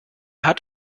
hat